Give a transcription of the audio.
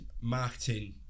marketing